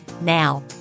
Now